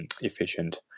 efficient